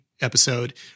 episode